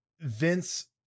Vince